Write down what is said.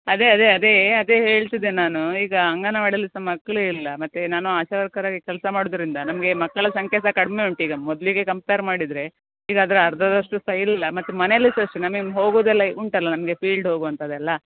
ಅದೇ ಅದೇ ಅದೇ ಅದೇ ಹೇಳ್ತಿದ್ದೆ ನಾನು ಈಗ ಅಂಗನವಾಡಿಯಲ್ಲಿ ಸಹ ಮಕ್ಕಳು ಇಲ್ಲ ಮತ್ತೆ ನಾನು ಆಶಾ ವರ್ಕರಾಗಿ ಕೆಲಸ ಮಾಡೋದರಿಂದ ನಮಗೆ ಮಕ್ಕಳಸಂಖ್ಯೆ ಸಹ ಕಡಿಮೆ ಉಂಟು ಈಗ ಮೊದಲಿಗೆ ಕಂಪೇರ್ ಮಾಡಿದರೆ ಈಗ ಅದರ ಅರ್ಧದಷ್ಟು ಸಹ ಇಲ್ಲ ಮತ್ತೆ ಮನೇಲು ಸಹ ಅಷ್ಟೇ ನಮಗೆ ಹೋಗುದೆಲ್ಲ ಈಗ ಉಂಟಲ್ಲ ನಮಗೆ ಫೀಲ್ಡ್ ಹೊಗುವಂಥದ್ದೆಲ್ಲ